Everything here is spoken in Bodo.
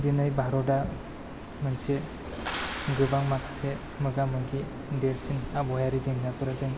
दिनै भारता मोनसे गोबां माखासे मोगा मोगि देरसिन आबहावायारि जेंनाफोरजों